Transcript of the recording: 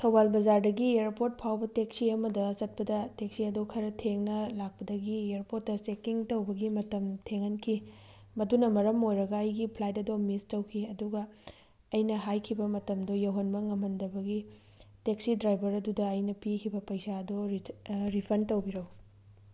ꯊꯧꯕꯥꯜ ꯕꯖꯥꯔꯗꯒꯤ ꯏꯌꯥꯔꯄꯣꯔꯠ ꯐꯥꯎꯕ ꯇꯦꯛꯁꯤ ꯑꯃꯗ ꯆꯠꯄꯗ ꯇꯦꯛꯁꯤ ꯑꯗꯨ ꯈꯔ ꯊꯦꯡꯅ ꯂꯥꯛꯄꯗꯒꯤ ꯏꯌꯥꯔꯄꯣꯔꯠꯇ ꯆꯦꯛꯀꯤꯡ ꯇꯧꯕꯒꯤ ꯃꯇꯝ ꯊꯦꯡꯍꯟꯈꯤ ꯃꯗꯨꯅ ꯃꯔꯝ ꯑꯣꯏꯔꯒ ꯑꯩꯒꯤ ꯐ꯭ꯂꯥꯏꯠ ꯑꯗꯣ ꯃꯤꯁ ꯇꯧꯈꯤ ꯑꯗꯨꯒ ꯑꯩꯅ ꯍꯥꯏꯈꯤꯕ ꯃꯇꯝꯗꯣ ꯌꯧꯍꯟꯕ ꯉꯝꯍꯟꯗꯕꯒꯤ ꯇꯦꯛꯁꯤ ꯗ꯭ꯔꯥꯏꯚꯔ ꯑꯗꯨꯗ ꯑꯩꯅ ꯄꯤꯈꯤꯕ ꯄꯩꯁꯥ ꯑꯗꯨ ꯔꯤꯐꯟ ꯇꯧꯕꯤꯔꯛꯎ